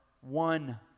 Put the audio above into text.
one